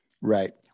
Right